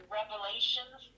revelations